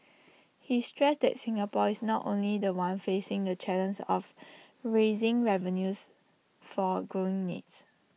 he stressed that Singapore is not only The One facing the char length of raising revenues for growing needs